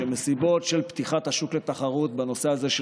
שמסיבות של פתיחת השוק לתחרות בנושא הזה של